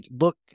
look